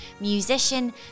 musician